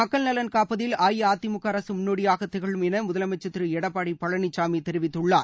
மக்கள் நலன் காப்பதில் அஇஅதிமுக அரசு முன்னோடியாகத் திகழும் என முதலமைச்சர் திரு எடப்பாடி பழனிசாமி தெரிவித்துள்ளார்